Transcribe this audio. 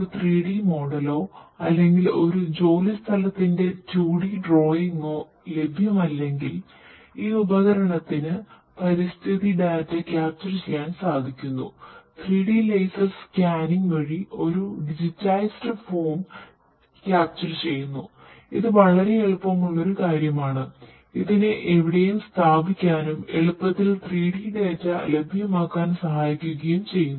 3D laser scanner ലഭ്യമാക്കാൻ സഹായിക്കുകയും ചെയ്യുന്നു